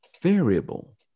variable